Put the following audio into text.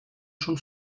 schon